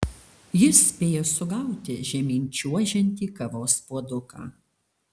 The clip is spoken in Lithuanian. jis spėjo sugauti žemyn čiuožiantį kavos puoduką